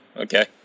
okay